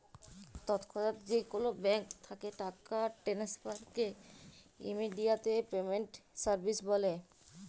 তৎক্ষনাৎ যে কোলো ব্যাংক থ্যাকে টাকা টেনেসফারকে ইমেডিয়াতে পেমেন্ট সার্ভিস ব্যলে